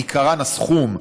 בעיקרן הסכום,